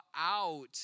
out